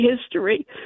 history